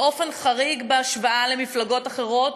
באופן חריג בהשוואה למפלגות אחרות,